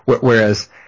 whereas